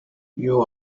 you